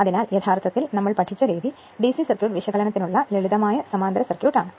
അതിനാൽ യഥാർത്ഥത്തിൽ നമ്മൾ പഠിച്ച രീതി ഡിസി സർക്യൂട്ട് വിശകലനത്തിനുള്ള ലളിതമായ സമാന്തര സർക്യൂട്ട് ആണ്